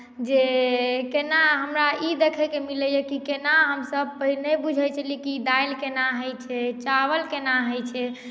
जे केना हमरा ई देखयके मिलैये की केना हमसभ नहि बुझैत छलियै जे दालि केना होइत छै चावल केना होइत छै